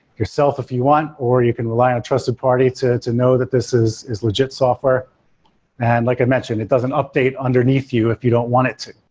yourself if you want, or you can rely on a trusted party to to know that this is is legit software and like i mentioned, it doesn't update underneath you if you don't want it to,